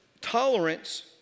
tolerance